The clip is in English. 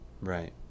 Right